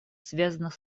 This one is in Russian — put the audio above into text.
связанных